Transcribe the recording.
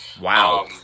Wow